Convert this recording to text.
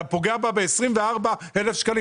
אתה פוגע בה ב-24,000 ₪.